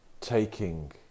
taking